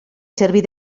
servir